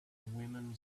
women